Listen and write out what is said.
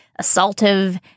assaultive